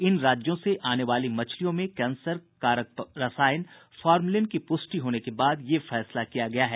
इन राज्यों से आने वाली मछलियों में कैंसरकारक रसायन फॉर्मलिन की पुष्टि होने के बाद यह फैसला किया गया है